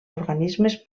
organismes